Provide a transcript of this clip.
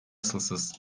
asılsız